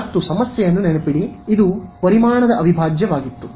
ಮತ್ತು ಸಮಸ್ಯೆಯನ್ನು ನೆನಪಿಡಿ ಇದು ಪರಿಮಾಣದ ಅವಿಭಾಜ್ಯವಾಗಿತ್ತು